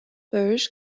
burj